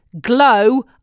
glow